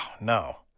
no